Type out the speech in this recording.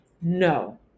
no